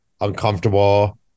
uncomfortable